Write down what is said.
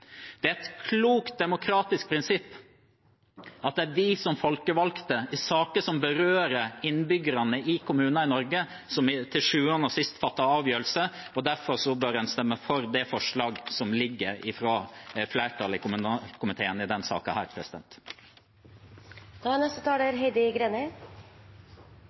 Det er et klokt, demokratisk prinsipp at det er vi, som folkevalgte, som – i saker som berører innbyggerne i Kommune-Norge – til syvende og sist skal fatte en avgjørelse. Derfor bør man stemme for forslaget fra flertallet i kommunal- og forvaltningskomiteen i